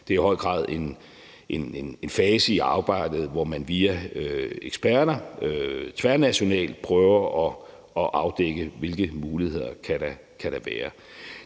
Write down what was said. det er i høj grad en fase i arbejdet, hvor man via eksperter tværnationalt prøver at afdække, hvilke muligheder der kan være.